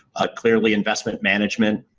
ah clearly investment management,